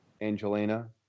Angelina